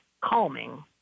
calming